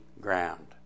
ground